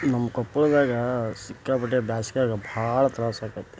ನಮ್ಮ ಕೊಪ್ಪಳದಾಗ ಸಿಕ್ಕಾಪಟ್ಟೆ ಬ್ಯಾಸ್ಗ್ಯಾಗ ಭಾಳ ತ್ರಾಸು ಆಕೈತಿ